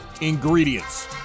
ingredients